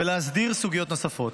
ולהסדיר סוגיות נוספות.